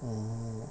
oh